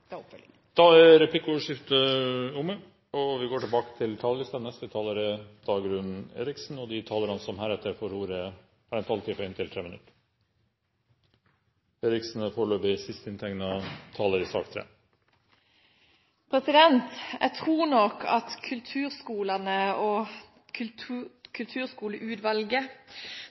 Da er 40 mill. kr en første start på det, og så skal jeg komme tilbake til oppfølgingen. Replikkordskiftet er dermed omme. De talere som heretter får ordet, har en taletid på inntil 3 minutter. Jeg tror nok at kulturskolene og Kulturskoleutvalget